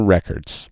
Records